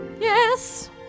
Yes